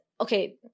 okay